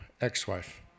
ex-wife